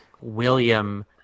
William